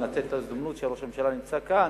לנצל את ההזדמנות שראש הממשלה נמצא כאן.